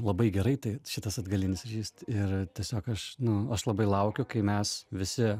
labai gerai tai šitas atgalinis ryšys ir tiesiog aš nu aš labai laukiu kai mes visi